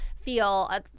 feel